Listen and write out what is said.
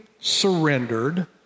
surrendered